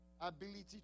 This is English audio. Ability